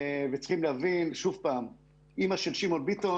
צריכים להבין שוב: אימא של שמעון ביטון